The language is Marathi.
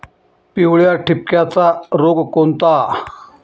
पिवळ्या ठिपक्याचा रोग कोणता?